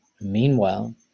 Meanwhile